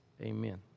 amen